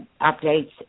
updates